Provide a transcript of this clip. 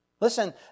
Listen